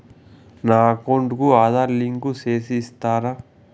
నా అకౌంట్ కు ఆధార్ లింకు సేసి ఇస్తారా?